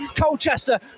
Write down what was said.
Colchester